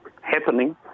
happening